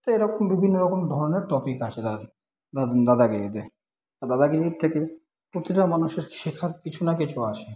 এরকম বিভিন্ন রকম ধরনের টপিক আসে দাদাগিরিতে তো দাদাগিরির থেকে প্রতিটা মানুষের শেখার কিছু না কিছু আসে